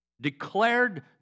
declared